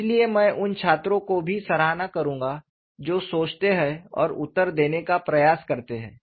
इसलिए मैं उन छात्रों की भी सराहना करूंगा जो सोचते हैं और उत्तर देने का प्रयास करते हैं